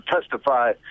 testify